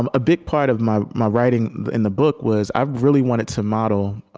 um a big part of my my writing in the book was, i really wanted to model